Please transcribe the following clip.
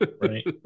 Right